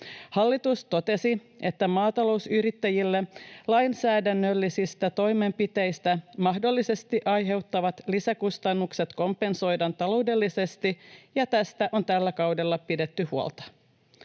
Hallitus totesi, että maatalousyrittäjille lainsäädännöllisistä toimenpiteistä mahdollisesti aiheutuvat lisäkustannukset kompensoidaan taloudellisesti, ja tästä on tällä kaudella pidetty huolta.